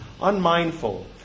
unmindful